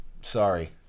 Sorry